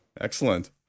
Excellent